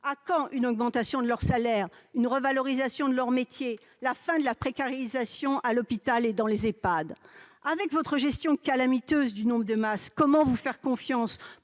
À quand une augmentation de leurs salaires, une revalorisation de leurs métiers, la fin de la précarisation à l'hôpital et dans les Ehpad ? Avec votre gestion calamiteuse du nombre de masques, comment vous faire confiance